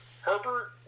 Herbert